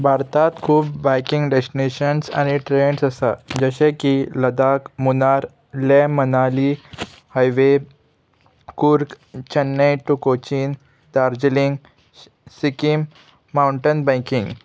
भारतांत खूब biking destinations आनी ट्रेंड्स आसा जशें की Ladakh Munnar Leh Manali highway Coorg Chennai to Cochin Darjeeling Sikkim mountain biking